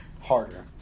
harder